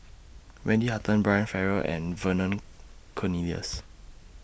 Wendy Hutton Brian Farrell and Vernon Cornelius